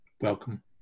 welcome